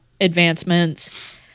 advancements